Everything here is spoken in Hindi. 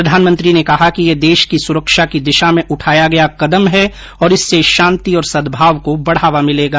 प्रधानमंत्री ने कहा कि यह देश की सुरक्षा की दिशा में उठाया गया कदम है और इससे शांति और सदभाव को बढ़ावा मिलेगा